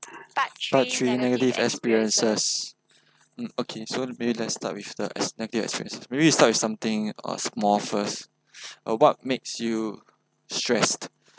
part three negative experiences mm okay so maybe let's start with the ex~ negative experiences maybe start with something uh small first uh what makes you stressed